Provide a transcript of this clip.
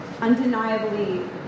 undeniably